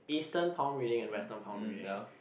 Eastern palm reading and Western palm reading